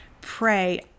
pray